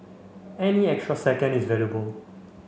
any extra second is valuable